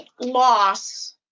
loss